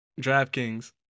DraftKings